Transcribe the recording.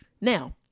Now